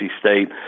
State